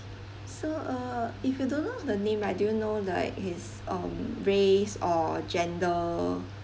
so uh if you don't know her name right do you know like his um race or gender